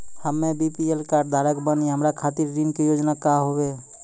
हम्मे BPL card धारक बानि हमारा खातिर ऋण के योजना का होव हेय?